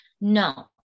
no